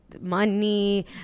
money